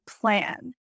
plan